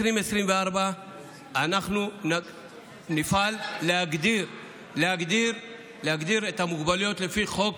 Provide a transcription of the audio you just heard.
ב-2024 אנחנו נפעל להגדיר את המוגבלויות לפי החוק